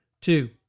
Two